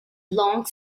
long